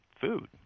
food